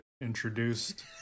introduced